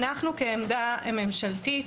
אנו כעמדה ממשלתית,